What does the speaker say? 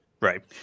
Right